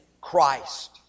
Christ